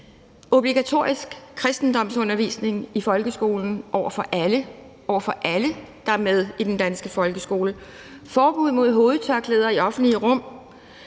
obligatorisk kristendomsundervisning i folkeskolen for alle, der er med i den danske folkeskole; forbud mod hovedtørklæder i det offentlige rum;